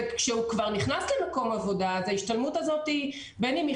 וכשהוא כבר נכנס למקום עבודה אז ההשתלמות הזאת בין אם היא